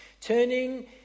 Turning